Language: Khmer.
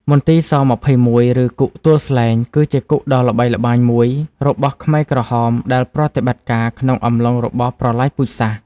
មន្ទីរ ស-២១ ឬគុកទួលស្លែង គឺជាគុកដ៏ល្បីល្បាញមួយរបស់ខ្មែរក្រហមដែលប្រតិបត្តិការក្នុងអំឡុងរបបប្រល័យពូជសាសន៍។